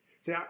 See